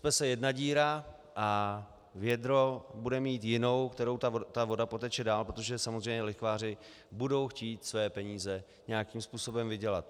Ucpe se jedna díra a vědro bude mít jinou, kterou ta voda poteče dál, protože samozřejmě lichváři budou chtít své peníze nějakým způsobem vydělat.